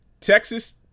Texas